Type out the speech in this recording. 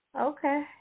okay